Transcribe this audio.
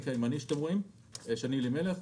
הימני שאתם רואים מתנהל, של שני אלימלך.